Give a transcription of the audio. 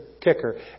kicker